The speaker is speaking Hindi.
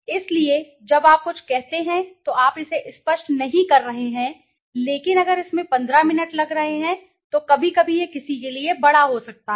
इसलिए जब आप कुछ कहते हैं तो आप इसे स्पष्ट नहीं कर रहे हैं लेकिन अगर इसमें 15 मिनट लग रहे हैं तो कभी कभी यह किसी के लिए बड़ा हो सकता है